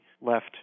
left